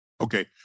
okay